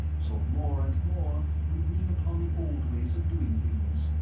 so more and more we lean upon the old way of doing things.